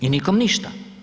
I nikom ništa.